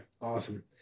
Awesome